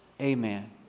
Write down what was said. Amen